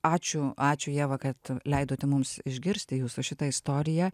ačiū ačiū ieva kad leidote mums išgirsti jūsų šitą istoriją